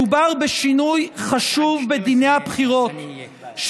מדובר בשינוי חשוב בדיני הבחירות,